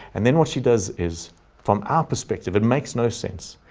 and then what she does is from our perspective, and makes no sense.